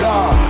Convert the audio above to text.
God